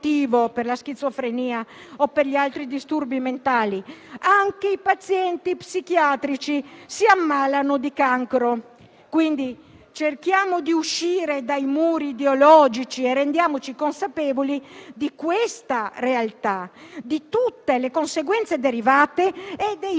per la schizofrenia o per gli altri disturbi mentali. Anche i pazienti psichiatrici si ammalano di cancro. Quindi, cerchiamo di uscire dai muri ideologici e rendiamoci consapevoli di questa realtà, di tutte le conseguenze derivate e dei